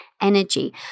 energy